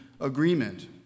agreement